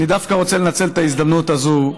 אני דווקא רוצה לנצל את ההזדמנות הזאת,